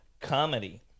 comedy